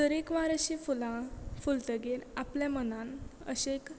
तरेकवार अशीं फुलां फुलतगीर आपल्या मनान अशें एक